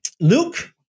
Luke